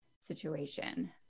situation